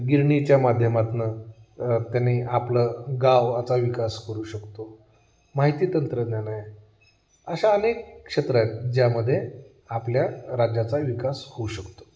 गिरणीच्या माध्यमातून त्याने आपलं गावाचा विकास करू शकतो माहिती तंत्रज्ञान आहे अशा अनेक क्षेत्र आहेत ज्यामध्ये आपल्या राज्याचा विकास होऊ शकतो